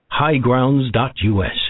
highgrounds.us